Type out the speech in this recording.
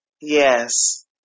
Yes